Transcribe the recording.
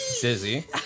Dizzy